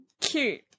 cute